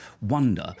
wonder